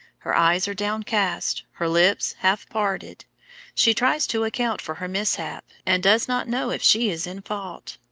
her eyes are downcast, her lips half parted she tries to account for her mishap, and does not know if she is in fault.